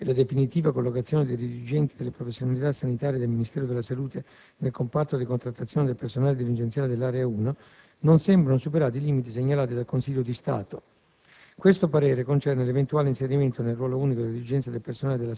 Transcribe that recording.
Per altro, nonostante la progressiva evoluzione della contrattazione collettiva e la definitiva collocazione dei dirigenti delle professionalità sanitarie del Ministero della salute nel comparto di contrattazione del personale dirigenziale dell'area 1, non sembrano superati i limiti segnalati dal Consiglio di Stato.